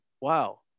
wow